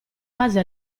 base